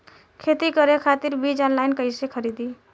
खेती करे खातिर बीज ऑनलाइन कइसे खरीदी?